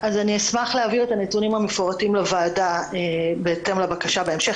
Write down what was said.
אני אשמח להעביר את הנתונים המפורטים לוועדה בהתאם לבקשה בהמשך.